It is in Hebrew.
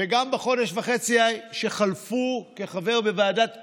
וגם בחודש וחצי שחלפו כחבר בוועדת קורונה,